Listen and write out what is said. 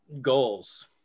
goals